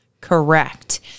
correct